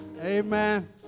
Amen